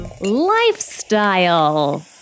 Lifestyle